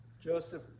Joseph